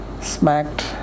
smacked